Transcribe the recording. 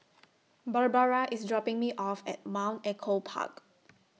Barbara IS dropping Me off At Mount Echo Park